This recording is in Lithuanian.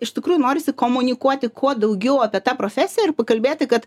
iš tikrųjų norisi komunikuoti kuo daugiau apie tą profesiją ir pakalbėti kad